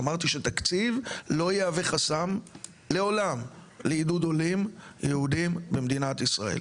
אמרתי שתקציב לא יהווה חסם לעולם לעידוד עולים יהודים במדינת ישראל.